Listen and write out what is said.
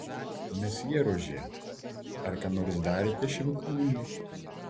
mesjė rožė ar ką nors darėte šiam kūnui